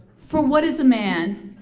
for what is a man?